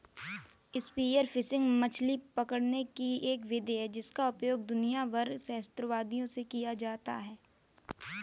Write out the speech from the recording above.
spear fishing मछली पकड़ने की एक विधि है जिसका उपयोग दुनिया भर में सहस्राब्दियों से किया जाता रहा है